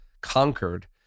conquered